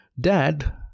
Dad